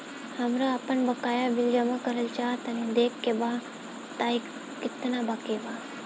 हमरा आपन बाकया बिल जमा करल चाह तनि देखऽ के बा ताई केतना बाकि बा?